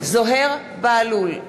זוהיר בהלול,